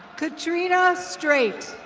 katrina straight.